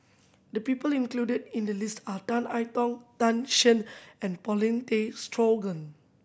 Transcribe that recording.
the people included in the list are Tan I Tong Tan Shen and Paulin Tay Straughan